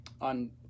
on